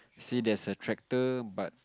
see there's a tractor but